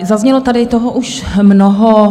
Zaznělo tady toho už mnoho.